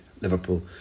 Liverpool